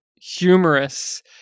humorous